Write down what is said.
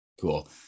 Cool